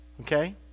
Okay